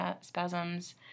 spasms